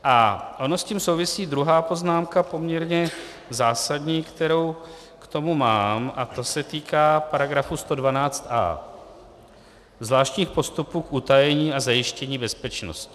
S tím souvisí druhá poznámka poměrně zásadní, kterou k tomu mám, a ta se týká § 112a, zvláštních postupů k utajení a zajištění bezpečnosti.